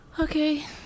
Okay